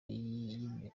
y’ibiganiro